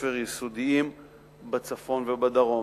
בבתי-ספר יסודיים בצפון ובדרום.